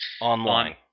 Online